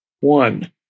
One